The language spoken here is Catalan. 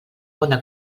bona